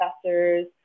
professors